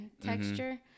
texture